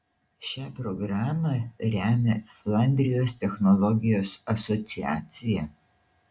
šią programą remia flandrijos technologijos asociacija